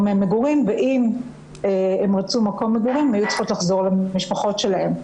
מגורים ואם הן רצו מקום מגורים הן היו צריכות לחזור למשפחות שלהן,